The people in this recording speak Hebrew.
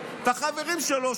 החברים שלו,